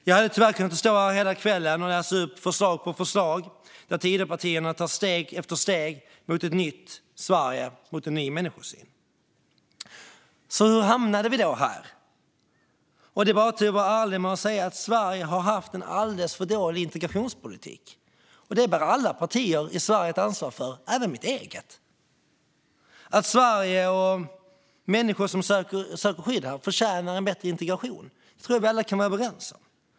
Jag hade tyvärr kunnat stå här hela kvällen och läsa upp förslag efter förslag där Tidöpartierna tar steg efter steg mot ett nytt Sverige, mot en ny människosyn. Hur hamnade vi då här? Det är bara att vara ärlig och säga att Sverige har haft en alldeles för dålig integrationspolitik. Detta bär alla partier i Sverige ett ansvar för, även mitt eget. Att Sverige och människor som söker skydd här förtjänar en bättre integration tror jag att vi alla kan vara överens om.